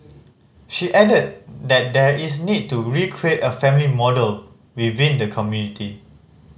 she added that there is need to recreate a family model within the community